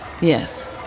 Yes